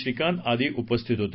श्रीकांत आदि उपस्थित होते